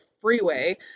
freeway